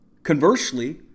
Conversely